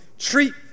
Treat